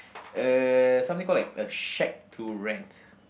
uh something call like a shack to rent